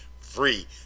free